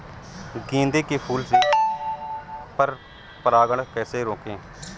गेंदे के फूल से पर परागण कैसे रोकें?